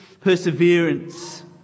perseverance